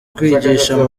kwigisha